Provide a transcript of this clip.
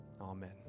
Amen